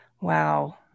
Wow